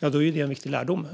är det en viktig lärdom.